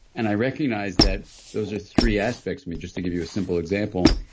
and i recognize that those are three aspects of me just to give you a simple example,